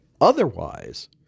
Otherwise